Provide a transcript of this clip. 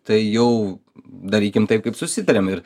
tai jau darykim taip kaip susitarėm ir